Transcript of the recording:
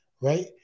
right